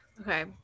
Okay